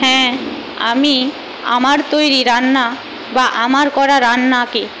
হ্যাঁ আমি আমার তৈরি রান্না বা আমার করা রান্নাকে